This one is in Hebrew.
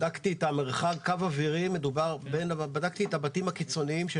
בדקתי את המרחק בקו אווירי בין הבתים הקיצוניים של